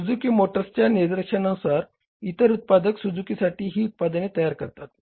Suzuki मोटर्सच्या निर्देशानुसार इतर उत्पादक सुझुकीसाठी ही उत्पादने तयार करतात